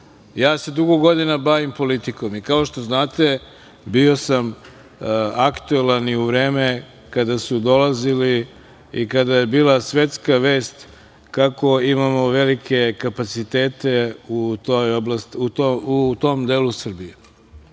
Ja se dugo godina bavim politikom. Kao što znate, bio sam aktuelan i u vreme kada su dolazili i kada je bila svetska vest kako imamo velike kapacitete u tom delu Srbije.